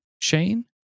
Shane